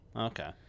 Okay